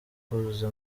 kuzuza